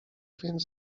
więc